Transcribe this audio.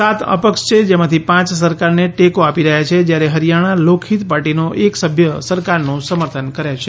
સાત અપક્ષ છે જેમાંથી પાંચ સરકારને ટેકો આપી રહ્યા છે જ્યારે હરિયાણા લોકહિત પાર્ટીનો એક સભ્ય સરકારનું સમર્થન કરે છે